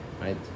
Right